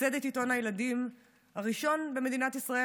ייסד את עיתון הילדים הראשון במדינת ישראל,